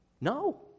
No